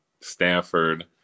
Stanford